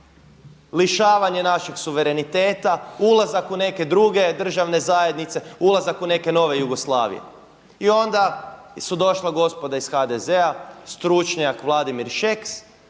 državne zajednice, ulazak u neke nove državne zajednice, ulazak u neke nove Jugoslavije. I onda su došla gospoda iz HDZ-a, stručnjak Vladimir Šeks